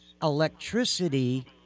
electricity